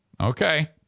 okay